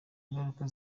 ingaruka